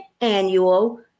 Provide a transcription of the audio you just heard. annual